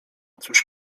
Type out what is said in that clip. cóż